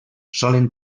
solen